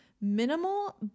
minimal